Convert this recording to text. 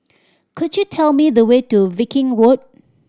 could you tell me the way to Viking Walk